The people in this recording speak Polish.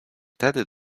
tedy